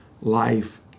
life